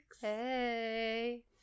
Hey